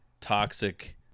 toxic